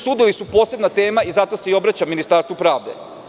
Sudovi su posebna tema i zato se obraćam Ministarstvu pravde.